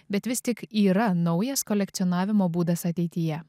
bet vis tik yra naujas kolekcionavimo būdas ateityje